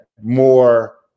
more